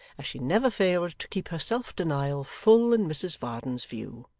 as she never failed to keep her self-denial full in mrs varden's view,